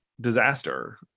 disaster